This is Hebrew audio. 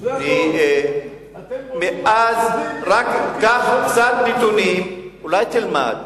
זה הכול, רק קח קצת נתונים, אולי תלמד,